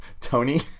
tony